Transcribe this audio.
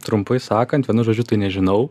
trumpai sakant vienu žodžiu tai nežinau